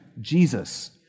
Jesus